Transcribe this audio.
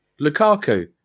Lukaku